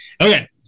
Okay